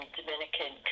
Dominican